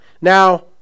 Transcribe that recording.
Now